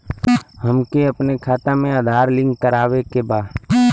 हमके अपना खाता में आधार लिंक करावे के बा?